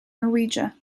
norwegia